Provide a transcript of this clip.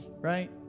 right